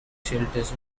shelters